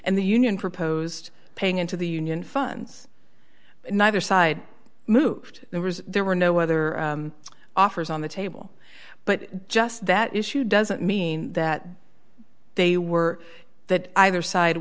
and the union proposed paying into the union funds neither side moved there was there were no other offers on the table but just that issue doesn't mean that they were that either side